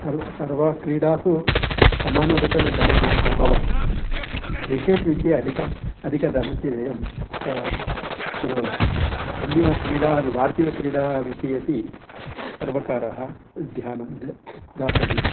सर्वं सर्वा क्रीडा तु समानरूपेण धनव्ययः न भवति क्रिकेट् विषये अधिकम् अधिकधनस्य व्ययं कुर्वन्ति अन्यक्रीडा भारतीयक्रीडाविषये अपि सर्वकाराः ध्यानं द दातव्यं